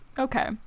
okay